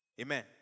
Amen